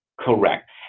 Correct